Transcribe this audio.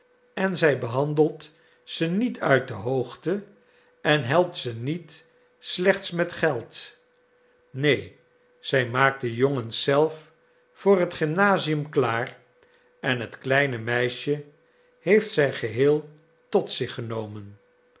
en zij behandelt ze niet uit de hoogte en helpt ze slechts met geld neen zij maakt de jongens zelf voor het gymnasium klaar en het kleine meisje heeft zij geheel tot zich genomen